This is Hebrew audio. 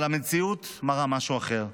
אבל המציאות מראה משהו אחר.